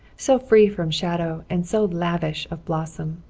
so free from shadow and so lavish of blossom.